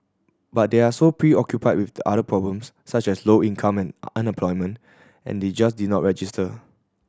but they are so preoccupied with the other problems such as low income or unemployment and they just did not register